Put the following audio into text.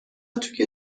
توی